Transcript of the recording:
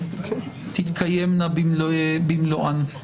תתקיימנה במלואן.